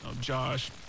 Josh